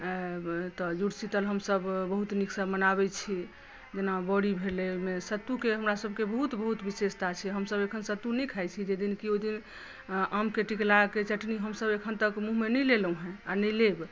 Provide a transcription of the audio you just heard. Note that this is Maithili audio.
आ तऽ जुड़शीतल हमसब बहुत नीकसँ मनाबै छी जेना बरी भेलै ओहिमे सत्तूके हमरा सबके बहुत बहुत विशेषता छै हमसब एखन सत्तू नहि खाइ छी ओहिदिन आमके टिकुलाके चटनी हमसब एखन तक मुँहमे नहि लेलहुॅं हें आ नहि लेब